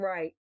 Right